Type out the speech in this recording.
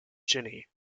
ginny